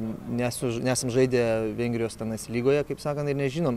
nes už nesam žaidę vengrijos tenais lygoje kaip sakant ir nežinom